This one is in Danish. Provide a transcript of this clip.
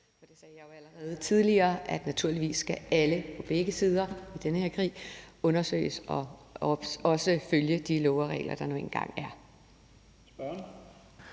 Men jeg sagde jo allerede tidligere, at naturligvis skal alle på begge sider i den her krig undersøges, og de skal også følge de love og regler, der nu engang er. Kl.